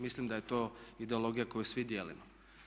Mislim da je to ideologija koju svi dijelimo.